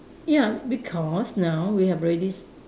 ya because now we have already s~